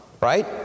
right